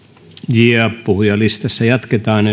ja puhujalistassa jatketaan